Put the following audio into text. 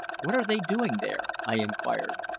what are they doing there? i inquired.